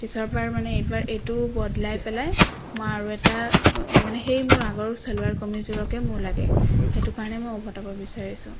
পিছৰবাৰ মানে এইবাৰ এইটো বদলাই পেলাই মই আৰু এটা মানে সেই মোৰ আগৰ চেলোৱাৰ কামিজ যোৰকে মোক লাগে সেইটো কাৰণে মই উভতাব বিচাৰিছোঁ